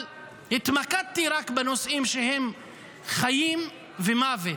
התמקדתי רק בנושאים של חיים ומוות,